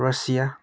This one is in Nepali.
रसिया